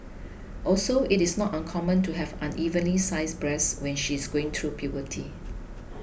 also it is not uncommon to have unevenly sized breasts when she is going through puberty